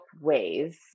ways